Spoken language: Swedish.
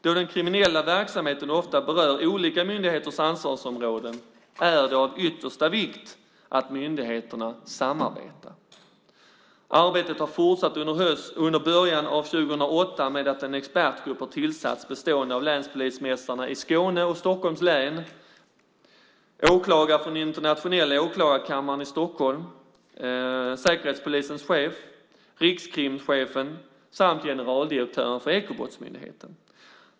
Då den kriminella verksamheten ofta berör olika myndigheters ansvarsområden är det av yttersta vikt att myndigheterna samarbetar. Arbetet har fortsatt under början av 2008 med att en expertgrupp har tillsatts bestående av länspolismästarna i Skåne och Stockholms län, åklagare på den internationella åklagarkammaren i Stockholm, Säkerhetspolisens chef, Riks-krimchefen samt generaldirektören för Ekobrottsmyndigheten.